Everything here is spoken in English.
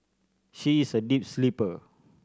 she is a deep sleeper